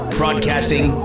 broadcasting